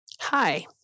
Hi